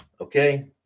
okay